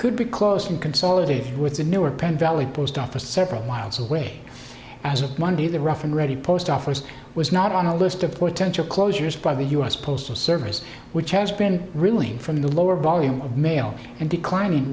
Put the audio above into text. could be closed and consolidated with the newark penn valley post office several miles away as of monday the rough and ready post office was not on a list of potential closures by the u s postal service which has been reeling from the lower volume of mail and declin